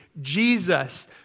Jesus